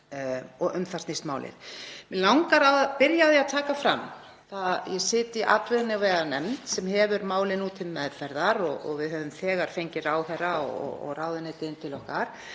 og um það snýst málið. Mig langar að byrja á að taka fram að ég sit í atvinnuveganefnd sem hefur málið nú til meðferðar og við höfum þegar fengið ráðherra og ráðuneytið til okkar.